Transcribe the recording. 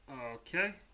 Okay